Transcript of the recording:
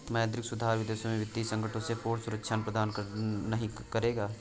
मौद्रिक सुधार विदेशों में वित्तीय संकटों से पूर्ण सुरक्षा प्रदान नहीं करेगा